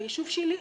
ביישוב שלי,